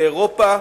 באירופה.